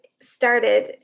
started